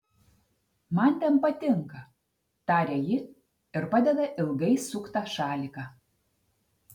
man ten patinka taria ji ir padeda ilgai suktą šaliką